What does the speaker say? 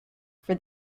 for